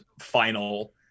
final